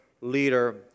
leader